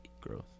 growth